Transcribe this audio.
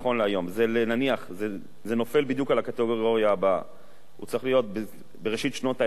זה נופל בדיוק על הקטגוריה הבאה: הוא צריך להיות בראשית שנות ה-20,